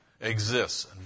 exists